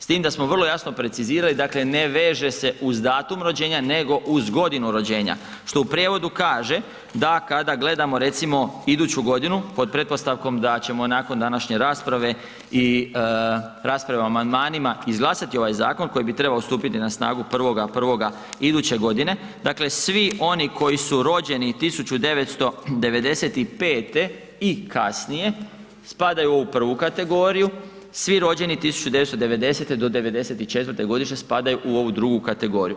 S tim da smo vrlo jasno precizirali, dakle ne veže se uz datum rođenja nego uz godinu rođenja, što u prijevodu kaže da kada gledamo recimo iduću godinu pod pretpostavkom da ćemo nakon današnje rasprave i rasprave o amandmanima izglasati ovaj zakon koji bi trebao stupiti na snagu 1.1. iduće godine, dakle svi oni koji su rođeni 1995. i kasnije spadaju u ovu prvu kategoriju, svi rođeni 1990. do '94. godine spadaju u ovu drugu kategoriju.